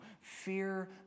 Fear